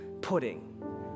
pudding